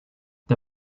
the